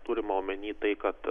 turima omeny tai kad